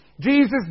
Jesus